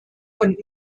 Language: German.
und